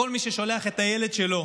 לכל מי ששולח את הילד שלו